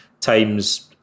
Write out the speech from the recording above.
times